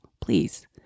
please